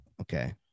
Okay